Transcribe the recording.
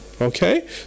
okay